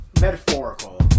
metaphorical